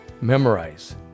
memorize